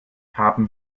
haben